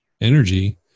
energy